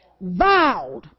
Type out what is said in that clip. vowed